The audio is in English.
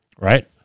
right